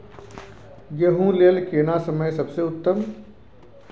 गेहूँ लेल केना समय सबसे उत्तम?